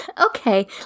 Okay